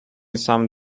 some